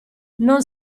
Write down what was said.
non